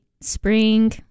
spring